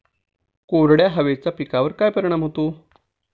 कोरड्या हवेचा पिकावर काय परिणाम होतो?